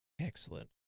Excellent